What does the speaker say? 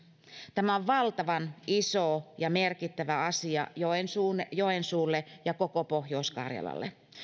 tämä on valtavan iso ja merkittävä asia joensuulle ja koko pohjois karjalalle